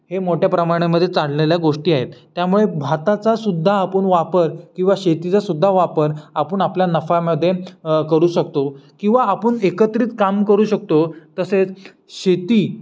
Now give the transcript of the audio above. हे मोठ्या प्रमाणामध्ये चाललेल्या गोष्टी आहेत त्यामुळे भाताचासुद्धा आपण वापर किंवा शेतीचासुद्धा वापर आपण आपल्या नफ्यामध्ये करू शकतो किंवा आपण एकत्रित काम करू शकतो तसेच शेती